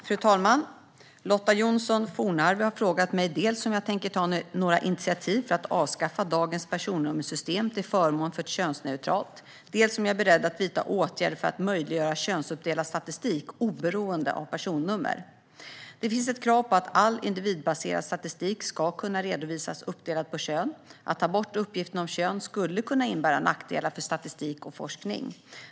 Fru talman! Lotta Johnsson Fornarve har frågat mig dels om jag tänker ta några initiativ för att avskaffa dagens personnummersystem till förmån för ett könsneutralt, dels om jag är beredd att vidta åtgärder för att möjliggöra könsuppdelad statistik oberoende av personnummer. Det finns ett krav på att all individbaserad statistik ska kunna redovisas uppdelad på kön. Att ta bort uppgiften om kön skulle kunna innebära nackdelar för statistik och forskning.